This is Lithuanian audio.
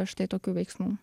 štai tokių veiksmų